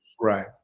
Right